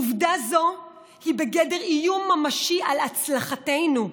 עובדה זו היא בגדר איום ממשי על הצלחתנו.